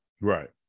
Right